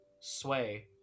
sway